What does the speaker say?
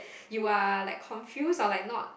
you are like confused or like not